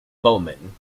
bowman